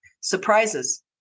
surprises